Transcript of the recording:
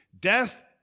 death